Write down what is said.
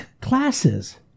classes